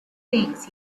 things